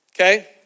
Okay